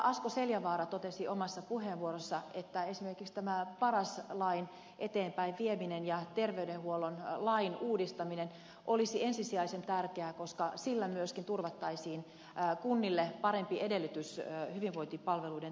asko seljavaara totesi omassa puheenvuorossaan että esimerkiksi tämän paras lain eteenpäinvieminen ja terveydenhuollon lain uudistaminen olisi ensisijaisen tärkeää koska sillä myöskin turvattaisiin kunnille parempi edellytys hyvinvointipalveluiden tuottamiseen